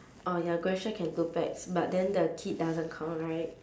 orh ya grab share can two pax but then the kid doesn't count right